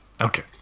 Okay